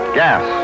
gas